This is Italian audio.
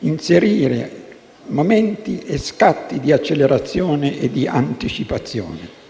inserire momenti e scatti di accelerazione e di anticipazione.